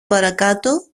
παρακάτω